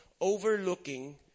overlooking